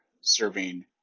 serving